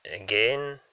again